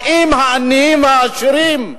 האם העניים והעשירים,